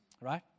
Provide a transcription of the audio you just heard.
Right